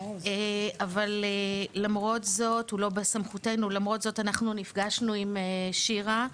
אבל למרות זאת אנחנו נפגשנו עם שירה,